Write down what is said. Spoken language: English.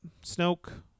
Snoke